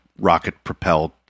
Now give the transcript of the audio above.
rocket-propelled